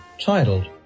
titled